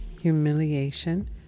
humiliation